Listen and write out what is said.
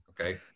Okay